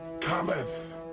cometh